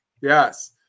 yes